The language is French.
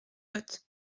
lot